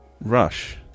Rush